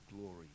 glory